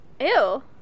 Ew